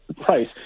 price